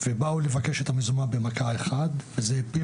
זה ה-